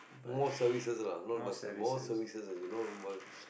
most services lah not buses most services as in no bus~